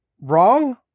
wrong